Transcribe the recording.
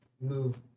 move